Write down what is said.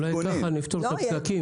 אולי ככה נפתור את הפקקים.